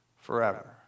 forever